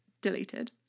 Deleted